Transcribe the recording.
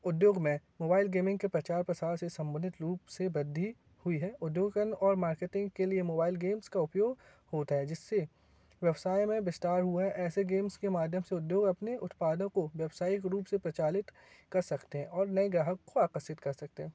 उद्योग में mobile gaming के प्रचार प्रसार से संबंधित रूप से वृद्धि हुई है औद्योगिक और मार्केटिंग के लिए मोबाइल गेम्स का उपयोग होता है जिससे व्यवसाय में विस्तार हुआ है ऐसे गेम्स के माध्यम से उद्योग अपने उत्पादों को व्यावसयिक रूप से प्रचालित कर सकते हैं और नए ग्राहक को आकर्षित कर सकते हैं